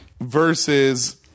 Versus